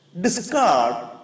Discard